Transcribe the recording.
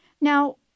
Now